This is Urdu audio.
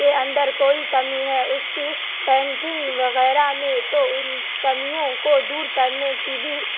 کے اندر کوئی کمی ہے اس کی پینٹنگ وغیرہ میں تو ان کمیوں کو دور کرنے کی بھی